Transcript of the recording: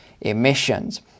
emissions